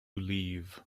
leave